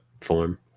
form